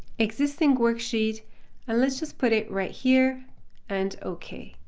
existing worksheet. and let's just put it right here and ok.